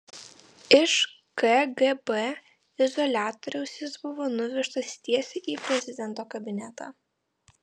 iš kgb izoliatoriaus jis buvo nuvežtas tiesiai į prezidento kabinetą